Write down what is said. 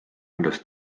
milles